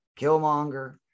killmonger